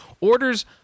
Orders